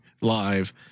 Live